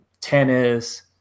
tennis